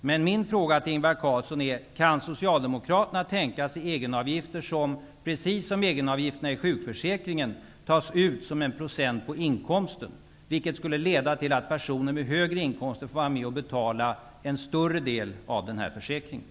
Men min fråga till Ingvar Carlsson är: Kan Socialdemokraterna tänka sig egenavgifter som, precis som egenavgifterna i sjukförsäkringen, tas ut som en procent på inkomsten, vilket skulle leda till att personer med högre inkomster får vara med och betala en större del av denna försäkring?